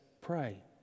pray